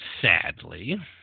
Sadly